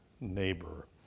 neighbor